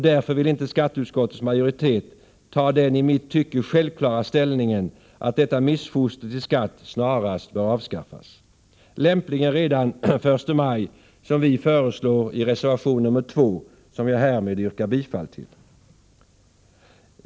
Därför vill skatteutskottets majoritet inte ta den i mitt tycke självklara ställningen att detta missfoster till skatt snarast bör avskaffas —- lämpligen redan den 1 maj, vilket vi föreslår i reservation nr 2, som jag härmed yrkar bifall till.